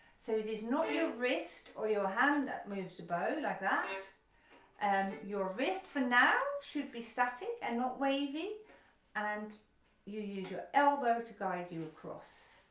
so it is not your wrist or your hand that moves the bow like that, and your wrist for now should be static and not wavy and you use your elbow to guide you across,